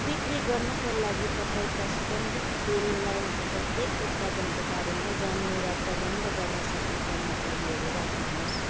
बिक्री गर्नाका लागि तपाईँँका सुगन्धित तेल लाइनको प्रत्येक उत्पादनको बारेमा जान्ने र प्रबन्ध गर्न सक्ने कर्मचारीहरू राख्नुहोस्